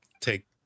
take